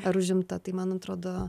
ar užimta tai man atrodo